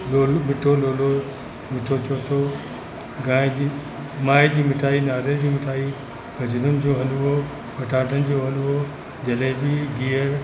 लोल मिठो लोलो मिठो चोथो गांइ जी माए जी मिठाई नारेल जी मिठाई गजरुनि जो हल्वो पटाटनि जो हल्वो जलेबी गिहर